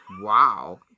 wow